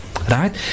Right